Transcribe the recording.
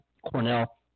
Cornell